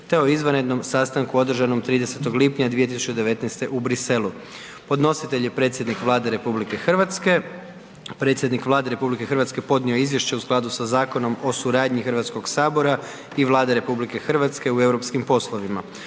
te o izvanrednom sastanku održanom 30 lipnja 2019. u Bruxelles. Podnositelj je predsjednik Vlade RH. Predsjednik Vlade RH podnio je izvješće u skladu sa Zakonom o suradnji Hrvatskog sabora i Vlade RH u europskim poslovima.